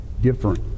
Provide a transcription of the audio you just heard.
different